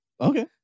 Okay